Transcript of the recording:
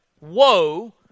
Woe